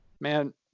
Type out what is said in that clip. Man